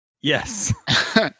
Yes